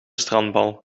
strandbal